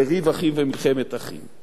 לריב אחים ולמלחמת אחים.